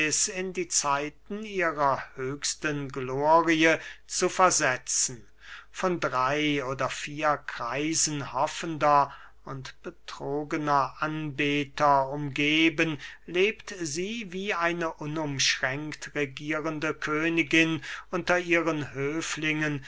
in die zeiten ihrer höchsten glorie zu versetzen von drey oder vier kreisen hoffender und betrogener anbeter umgeben lebt sie wie eine unumschränkt regierende königin unter ihren höflingen